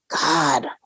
God